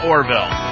Orville